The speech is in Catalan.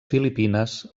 filipines